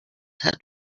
had